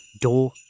door